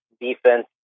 defense